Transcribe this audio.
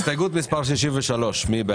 אני אומר,